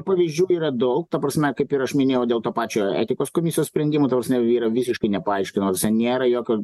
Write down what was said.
pavyzdžių yra daug ta prasme kaip ir aš minėjau dėl to pačio etikos komisijos sprendimų ta prasme yra visiškai nepaaiškinos ten nėra jokio